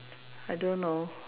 I don't know